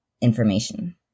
information